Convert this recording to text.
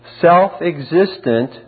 self-existent